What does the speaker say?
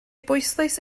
bwyslais